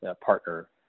partner